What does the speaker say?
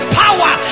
power